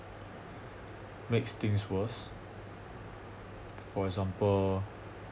makes things worse for example